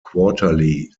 quarterly